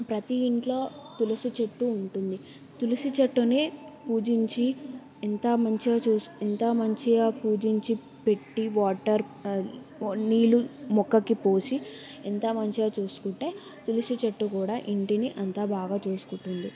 ప్రతి ఇంట్లో తులసి చెట్టు ఉంటుంది తులసి చెట్టుని పూజించి ఎంత మంచిగా చూస్ ఎంత మంచిగా పూజించి పెట్టి వాటర్ నీళ్ళు మొక్కకి పోసి ఎంత మంచిగా చూసుకుంటే తులసి చెట్టు కూడా ఇంటిని అంత బాగా చూసుకుంటుంది